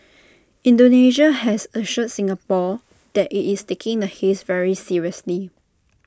Indonesia has assured Singapore that IT is taking the haze very seriously